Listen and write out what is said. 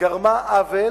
גרמה עוול,